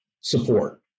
support